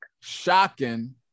shocking